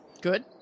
Good